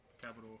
Capital